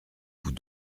vous